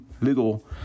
little